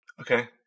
Okay